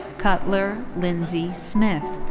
kuttler lindsey smith.